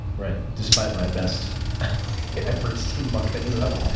right, despite my best efforts to muck things up.